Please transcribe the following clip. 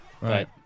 right